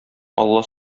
алла